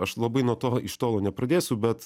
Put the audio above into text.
aš labai nuo to iš tolo nepradėsiu bet